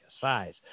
size